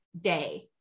day